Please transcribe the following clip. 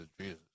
Jesus